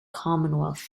commonwealth